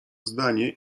zdanie